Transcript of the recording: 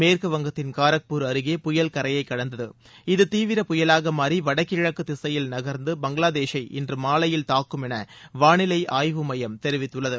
மேற்குவங்கத்தின் காரக்பூர் அருகே புயல் கரையை கடந்தது இது தீவிர புயலாக மாறி வடகிழக்கு திசையில் நகர்ந்து பங்களாதேஷை இன்று மாவையில் தாக்கும் என வானிலை ஆய்வு மையம் தெரிவித்துள்ளது